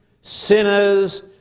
sinners